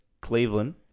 Cleveland